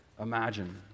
imagine